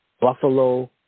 Buffalo